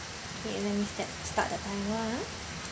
okay let me start start the time